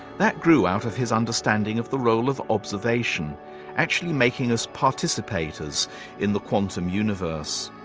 that grew out of his understanding of the role of observation actually making us participators in the quantum universe.